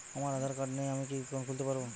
আমার আধার কার্ড নেই আমি কি একাউন্ট খুলতে পারব?